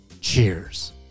Cheers